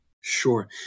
Sure